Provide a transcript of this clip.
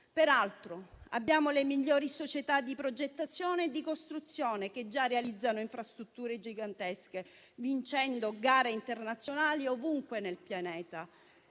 Peraltro abbiamo le migliori società di progettazione e di costruzione, che già realizzano infrastrutture gigantesche, vincendo gare internazionali ovunque nel pianeta.